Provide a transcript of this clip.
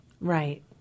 Right